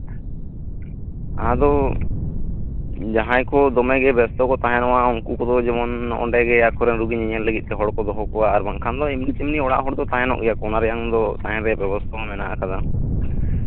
ᱟᱫᱚ ᱡᱟᱸᱦᱟᱭ ᱠᱚ ᱫᱚᱢᱮᱜᱮ ᱵᱮᱥᱛᱚ ᱛᱟᱦᱮ ᱠᱟᱱᱟ ᱩᱱᱠᱩ ᱠᱚᱫᱚ ᱡᱮᱢᱚᱱ ᱱᱚᱰᱮᱜᱮ ᱨᱩᱜᱤ ᱧᱮᱞ ᱞᱟᱹᱜᱤᱫᱛᱮ ᱦᱚᱲ ᱠᱚ ᱫᱚᱦᱚ ᱠᱚᱣᱟ ᱟᱨ ᱵᱟᱝᱠᱷᱟᱱ ᱫᱚ ᱮᱢᱱᱤ ᱛᱮᱢᱱᱤ ᱚᱲᱟᱜ ᱦᱚᱲ ᱠᱚ ᱛᱟᱦᱮᱱ ᱜᱮᱭᱟ ᱚᱱᱟ ᱨᱮᱭᱟᱝ ᱫᱚ ᱛᱟᱦᱮ ᱨᱮᱱᱟᱜ ᱵᱮᱵᱚᱥᱛᱷᱟ ᱦᱚᱸ ᱢᱮᱱᱟᱜ ᱠᱟᱫᱟ